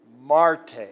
Marte